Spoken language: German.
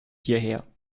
hierher